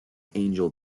angel